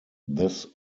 this